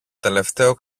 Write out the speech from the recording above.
τελευταίο